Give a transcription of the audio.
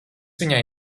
viņai